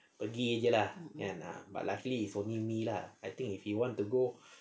pergi jer lah kan but luckily it's only me lah I think if he want to go